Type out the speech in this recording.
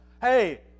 Hey